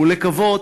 ולקוות,